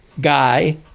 guy